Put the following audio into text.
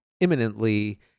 imminently